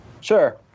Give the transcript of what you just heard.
Sure